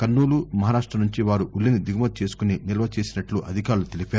కర్నూలు మహారాష్ట నుంచి వారు ఉల్లిని దిగుమతి చేసుకుని నిల్వ చేసినట్లు అధికారులు తెలిపారు